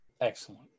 Excellent